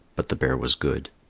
but the bear was good.